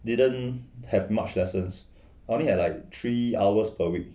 didn't have much lessons only have like three hours per week